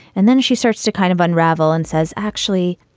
and then she starts to kind of unravel and says, actually,